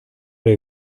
der